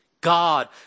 God